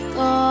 go